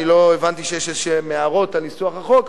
לא הבנתי שיש הערות כלשהן על ניסוח החוק,